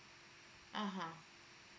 (uh huh)